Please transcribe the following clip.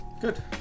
Good